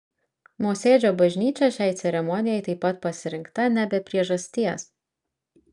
mosėdžio bažnyčia šiai ceremonijai taip pat pasirinkta ne be priežasties